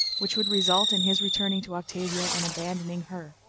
which would result in his returning to octavia and abandoning her.